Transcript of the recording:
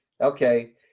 Okay